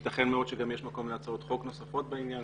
יתכן מאוד שגם יש מקום להצעות חוק נוספות בעניין,